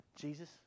Jesus